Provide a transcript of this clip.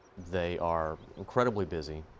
they are incredibly busy,